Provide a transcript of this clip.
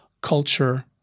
culture